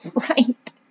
right